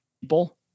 people